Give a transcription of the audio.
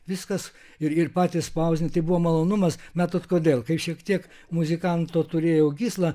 viskas ir ir patys spausdint tai buvo malonumas matot kodėl kai šiek tiek muzikanto turėjau gyslą